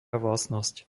vlastnosť